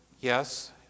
yes